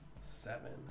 seven